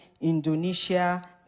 Indonesia